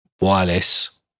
wireless